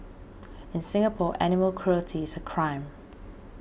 in Singapore animal cruelty is a crime